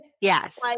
yes